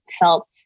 felt